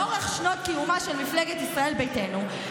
לאורך שנות קיומה של מפלגת ישראל ביתנו,